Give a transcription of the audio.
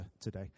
today